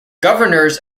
governors